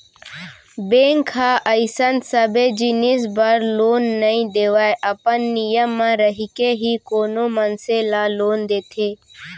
bank ह अइसन सबे जिनिस बर लोन नइ देवय अपन नियम म रहिके ही कोनो मनसे ल लोन देथे